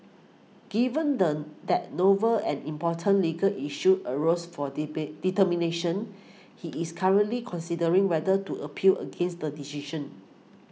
given the that novel and important legal issues arose for determination he is currently considering whether to appeal against the decision